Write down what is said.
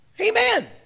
amen